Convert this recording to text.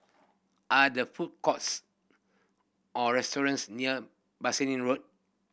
are there food courts or restaurants near Bassein Road